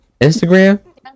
Instagram